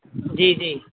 جی جی